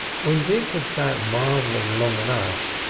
when dick had sat marvelling long enough,